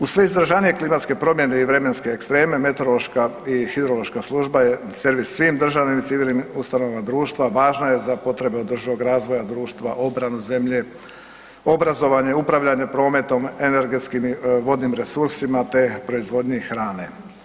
Uz sve izraženije klimatske promjene i vremenske ekstreme, meteorološka i hidrološka služba je servis svim državnim i civilnim ustanovama društva, važna je za potrebe održivog razvoja društva obranu zemlje, obrazovanje i upravljanje prometom energetskim i vodenim resursima te proizvodnji hrane.